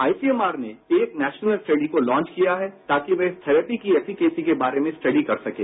ICMR ने एक national study को लॉन्च किया है ताकि वे इस थेरेपी की एफिकेसी के बारे में स्टडी कर सकें